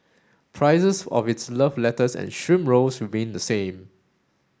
prices of its love letters and shrimp rolls remain the same